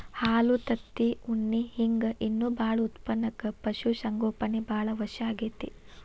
ಹಾಲು ತತ್ತಿ ಉಣ್ಣಿ ಹಿಂಗ್ ಇನ್ನೂ ಬಾಳ ಉತ್ಪನಕ್ಕ ಪಶು ಸಂಗೋಪನೆ ಬಾಳ ಅವಶ್ಯ ಆಗೇತಿ